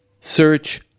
Search